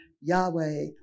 Yahweh